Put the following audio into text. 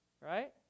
right